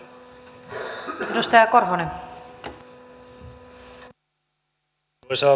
arvoisa puhemies